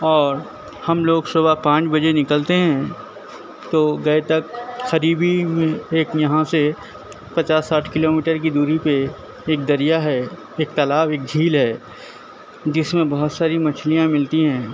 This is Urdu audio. اور ہم لوگ صبح پانچ بجے نکلتے ہیں تو گئے تک قریب ہی میں ایک یہاں سے پچاس ساٹھ کلو میٹر کی دوری پہ ایک دریا ہے ایک تالاب ایک جھیل ہے جس میں بہت ساری مچھلیاں ملتی ہیں